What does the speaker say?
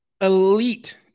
elite